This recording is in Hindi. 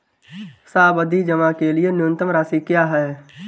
सावधि जमा के लिए न्यूनतम राशि क्या है?